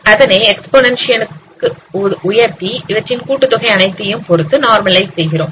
அதனை எக்பொனெண்டியேஷன் க்கு உயர்த்தி இவற்றின் கூட்டுத்தொகை அனைத்தையும் பொருத்து நார்மலைஸ் செய்கிறோம்